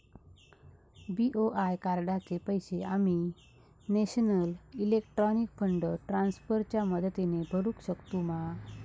BOI कार्डाचे पैसे आम्ही नेशनल इलेक्ट्रॉनिक फंड ट्रान्स्फर च्या मदतीने भरुक शकतू मा?